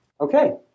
Okay